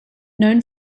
known